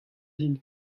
din